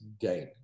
gain